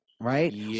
Right